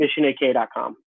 missionak.com